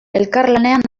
elkarlanean